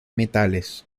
metales